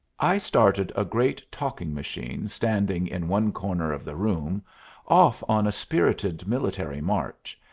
i started a great talking-machine standing in one corner of the room off on a spirited military march,